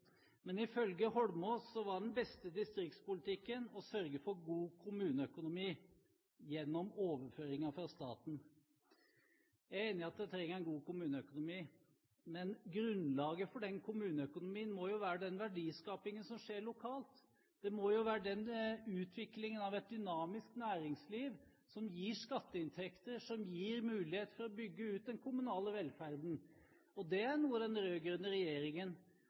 Men ifølge Holmås var den beste distriktspolitikken å sørge for god kommuneøkonomi gjennom overføringer fra staten. Jeg er enig i at en trenger en god kommuneøkonomi, men grunnlaget for den kommuneøkonomien må være den verdiskapingen som skjer lokalt. Det må jo være utviklingen av et dynamisk næringsliv som gir skatteinntekter, og som gir mulighet for å bygge ut den kommunale velferden. Det er noe den rød-grønne regjeringen